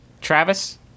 Travis